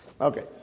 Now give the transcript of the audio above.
Okay